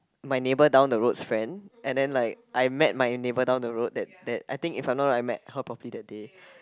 my neighbor down the road's friend and then like I met my neighbor down the road that that I think if I'm not wrong I think I met her properly that day